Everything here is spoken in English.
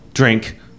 drink